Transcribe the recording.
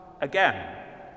again